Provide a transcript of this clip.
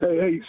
Hey